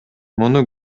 муну